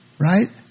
Right